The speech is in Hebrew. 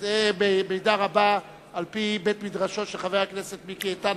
זה במידה רבה על-פי בית-מדרשו של חבר הכנסת מיקי איתן,